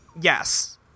Yes